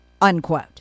unquote